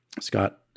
Scott